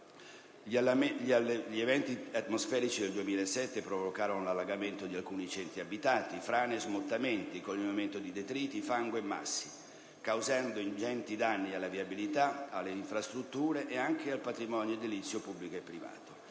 Gli eventi atmosferici del 2007 provocarono l'allagamento di alcuni centri abitati, frane e smottamenti, con un aumento di detriti, fango e massi, causando ingenti danni alla viabilità, alle infrastrutture e anche al patrimonio edilizio pubblico e privato.